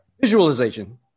Visualization